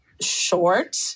short